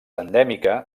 endèmica